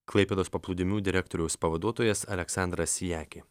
klaipėdos paplūdimių direktoriaus pavaduotojas aleksandras siaki